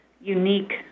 unique